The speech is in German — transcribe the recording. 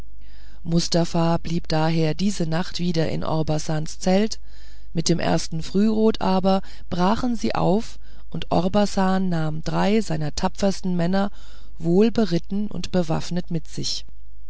mustafa blieb daher diese nacht wieder in orbasans zelt mit dem ersten frührot aber brachen sie auf und orbasan nahm drei seiner tapfersten männer wohl beritten und bewaffnet mit sich